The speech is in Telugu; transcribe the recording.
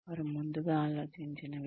వారు ముందుగా ఆలోచించినవి